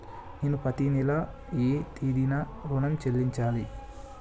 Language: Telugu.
నేను పత్తి నెల ఏ తేదీనా ఋణం చెల్లించాలి?